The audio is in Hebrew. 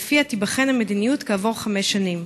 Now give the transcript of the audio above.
שלפיה תיבחן המדיניות כעבור חמש שנים.